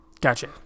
Gotcha